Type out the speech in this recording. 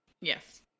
Yes